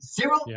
zero